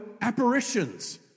apparitions